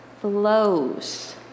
flows